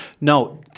No